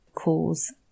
cause